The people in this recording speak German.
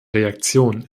reaktion